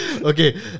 Okay